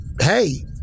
Hey